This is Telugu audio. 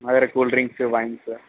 మా దగ్గర కూల్ డ్రింక్స్ వైన్స్